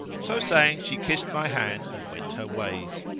so saying she kissed my hand and went her ways.